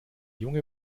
junge